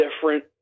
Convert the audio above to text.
different